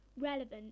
relevant